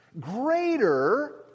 Greater